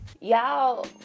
y'all